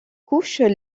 couches